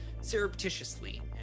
surreptitiously